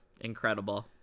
Incredible